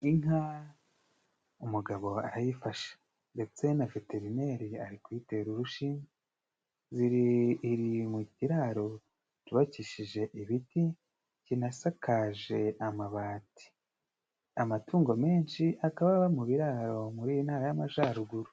Inka umugabo arayifasha ndetse na veterineri ari kuyitera urushinge, ziri iri mu kiraro cyubakishije ibiti kinasakaje amabati, amatungo menshi akaba aba mu biraro muri iyi ntara y'amajaruguru.